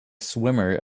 swimmer